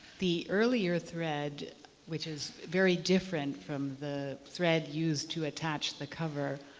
the earlier thread which is very different from the thread used to attach the cover,